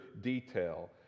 detail